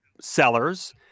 sellers